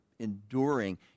Enduring